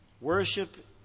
Worship